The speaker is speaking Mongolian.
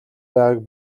байгааг